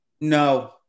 No